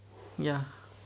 ya